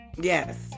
yes